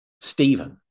Stephen